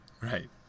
Right